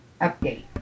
Update